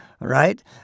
right